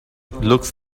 looks